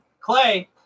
Clay